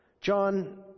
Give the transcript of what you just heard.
John